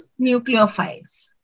nucleophiles